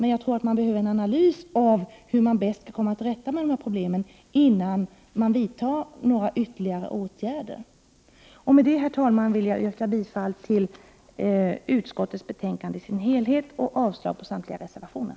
Men jag tror att det behövs en analys av hur man bäst skall kunna komma till rätta med problemen innan några ytterligare åtgärder vidtas. Med detta, herr talman, yrkar jag bifall till utskottets hemställan på alla punkter och avslag på samtliga reservationer.